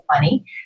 money